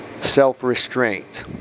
self-restraint